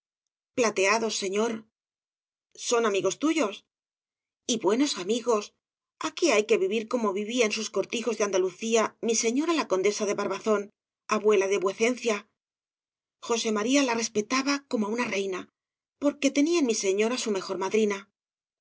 plateados señor son amigos tuyos y buenos amigos aquí hay que vivir como vivía en sus cortijos de andalucía mi señora la condesa de barbazón abuela de vuecencia josé maría la respetaba como á una reina porque tenía en mi señora su mejor madrina